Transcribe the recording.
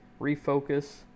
refocus